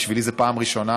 בשבילי זו פעם ראשונה